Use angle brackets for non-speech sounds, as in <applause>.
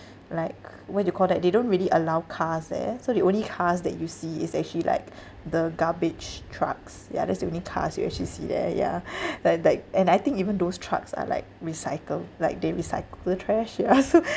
like what do you call that they don't really allow cars there so the only cars that you see is actually like the garbage trucks ya that's the only cars you actually see there ya like like and I think even those trucks are like recycle like they recycle the trash yeah <laughs> so